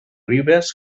ribes